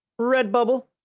Redbubble